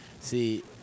See